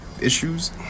issues